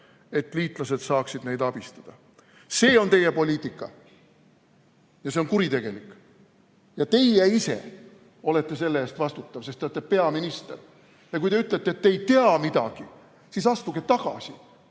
et liitlased saaksid neid abistada. See on teie poliitika. Ja see on kuritegelik. Ja teie ise olete selle eest vastutav, sest te olete peaminister. Ja kui te ütlete, et te ei tea midagi, siis astuge tagasi,